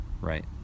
Right